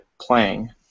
playing